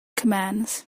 commands